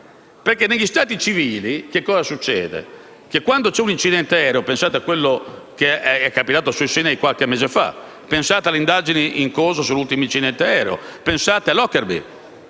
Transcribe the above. Negli Stati civili, quando c'è un incidente aereo - pensate a quello che è capitato sul Sinai qualche mese fa, pensate alle indagini in corso sull'ultimo incidente aereo, pensate a Lockerbie